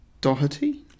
Doherty